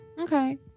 Okay